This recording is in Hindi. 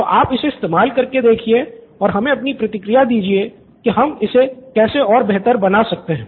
तो आप इसे इस्तेमाल कर के देखिये और हमे अपनी प्रतिक्रिया दीजिये कि हम इसे कैसे और बेहतर बना सकते हैं